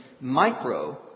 micro